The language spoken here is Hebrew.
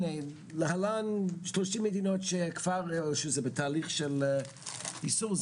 להלן 30 מדינות שזה בתהליך של איסור,